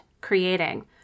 creating